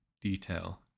detail